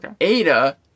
Ada